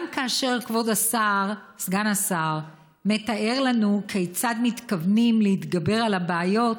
גם כאשר כבוד סגן השר מתאר לנו כיצד מתכוונים להתגבר על הבעיות,